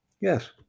Yes